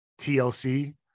TLC